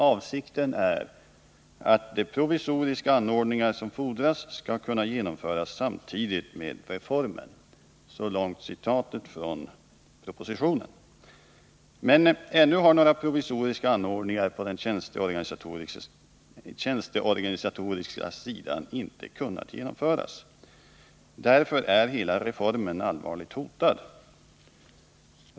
Avsikten är att de provisoriska anordningar som fordras skall kunna genomföras samtidigt med reformen.” Så långt citatet från propositionen. Men ännu har några provisoriska anordningar på den tjänsteorganisatoriska sidan inte kunnat genomföras. Därför är hela reformen allvarligt hotad.